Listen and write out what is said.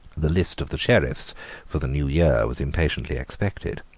the list of the sheriffs for the new year was impatiently expected.